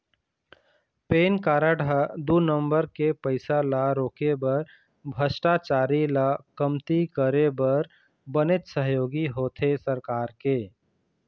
PAN card ह दू number के पइसा ल रोके बर भस्टाचारी ल कमती करे बर बनेच सहयोगी होथे सरकार के